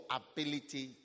ability